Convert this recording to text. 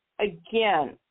Again